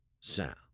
sound